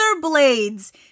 blades